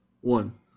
One